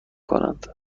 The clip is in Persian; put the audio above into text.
کنند